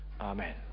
Amen